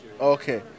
Okay